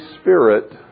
Spirit